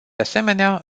asemenea